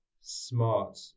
smart